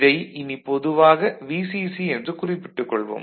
இதை இனி பொதுவாக Vcc என்று குறிப்பிட்டுக் கொள்வோம்